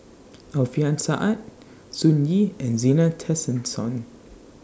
Alfian Sa'at Sun Yee and Zena Tessensohn